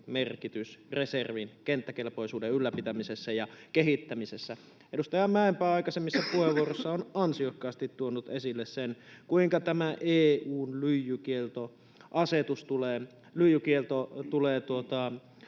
merkitys reservin kenttäkelpoisuuden ylläpitämisessä ja kehittämisessä. Edustaja Mäenpää aikaisemmissa puheenvuoroissa on ansiokkaasti tuonut esille sen, kuinka tämä EU:n lyijykielto tulee